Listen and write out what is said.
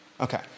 Okay